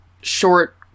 short